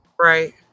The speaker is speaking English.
Right